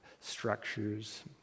structures